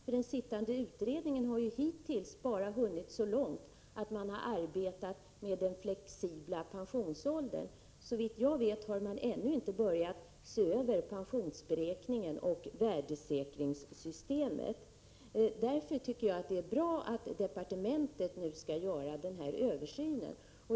Den sittande utredningen har ju hittills bara hunnit så långt att man arbetat med den flexibla pensionsåldern. Såvitt jag vet har man ännu inte börjat se över pensionsberäkningen och värdesäkringssystemet. Därför tycker jag att det är bra att departementet nu skall göra den här översynen.